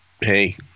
hey